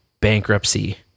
bankruptcy